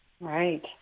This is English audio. Right